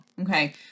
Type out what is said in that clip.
okay